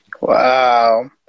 Wow